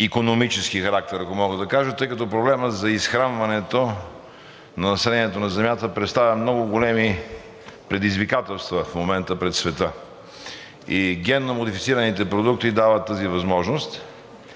геоикономически характер, ако мога да кажа, тъй като проблемът за изхранването на населението на Земята поставя много големи предизвикателства в момента пред света и генномодифицираните продукти дават тази възможност.